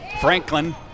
Franklin